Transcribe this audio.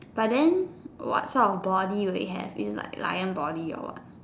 but then what sort of body will it have is it lion body or what